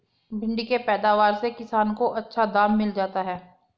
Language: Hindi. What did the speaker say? भिण्डी के पैदावार से किसान को अच्छा दाम मिल जाता है